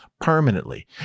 permanently